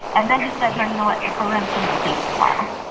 and then he said, no, you know what? the program's going to stay for a while.